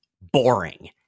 Boring